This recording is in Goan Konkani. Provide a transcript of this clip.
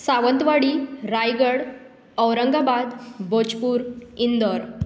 सावंतवाडी रायगड औरंगाबाद बोजपूर इंदौर